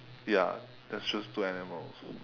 ya just choose two animals